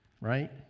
Right